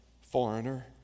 foreigner